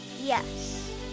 Yes